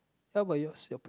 how about yours